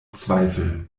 zweifel